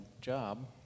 job